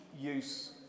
use